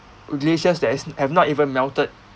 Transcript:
glaciers that has have not even melted